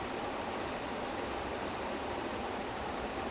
and what do they call themselves Thalapathy வெறியன்:thalapathi veriyan or something